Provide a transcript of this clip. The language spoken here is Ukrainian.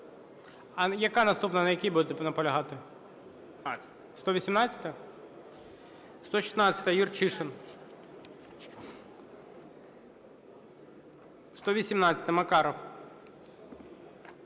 А яка наступна, на якій будете наполягати? 118-а. 116-а, Юрчишин. 118-а, Макаров.